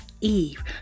Eve